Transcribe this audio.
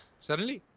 suddenly?